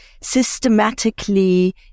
systematically